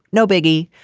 no biggie.